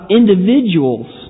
individuals